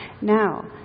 Now